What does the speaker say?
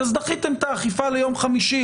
אז דחיתם את האכיפה מיום חמישי.